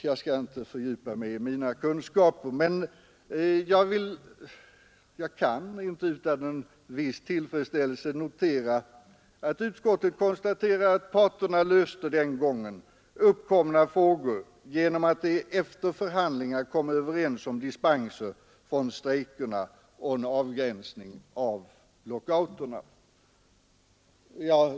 Jag skall inte fördjupa mig i mina kunskaper, men jag noterar inte utan en viss tillfredsställelse att utskottet konstaterat att parterna den gången löste uppkomna frågor genom att de efter förhandlingar kom överens om dispenser från strejkerna och en avgränsning av lockouterna.